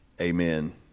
amen